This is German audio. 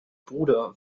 bruder